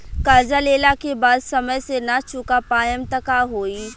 कर्जा लेला के बाद समय से ना चुका पाएम त का होई?